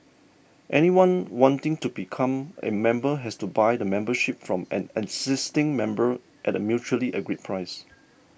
anyone wanting to become a member has to buy the membership from an existing member at a mutually agreed price